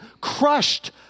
crushed